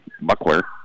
Buckler